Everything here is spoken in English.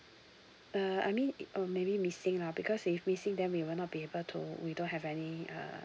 uh I mean it uh maybe missing lah because if missing then we will not be able to we don't have any uh